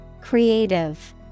Creative